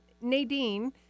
Nadine